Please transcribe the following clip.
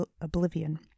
oblivion